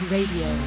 Radio